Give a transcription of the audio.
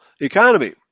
economy